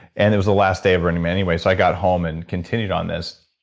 and it was the last day of burning man anyway, so i got home and continued on this.